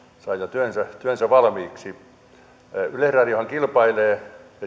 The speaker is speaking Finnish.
saa jo työnsä työnsä valmiiksi yleisradiohan kilpailee